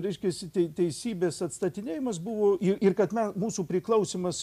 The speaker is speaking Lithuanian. reiškiasi teisybės atstatinėjimas buvo ir kad mūsų priklausymas